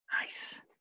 Nice